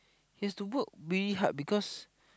has to work really hard because